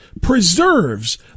preserves